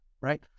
right